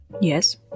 Yes